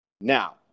Now